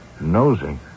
Nosing